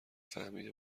فهمیده